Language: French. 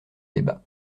débat